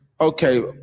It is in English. Okay